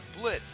Blitz